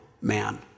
man